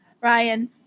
Ryan